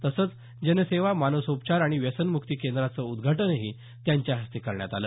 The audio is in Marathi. तसंच जनसेवा मानसोपचार आणि व्यसनम्क्ती केंद्राचं उदघाटनही त्यांच्या हस्ते करण्यात आलं